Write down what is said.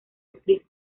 actriz